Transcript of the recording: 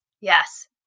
Yes